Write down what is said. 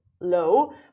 low